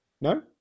No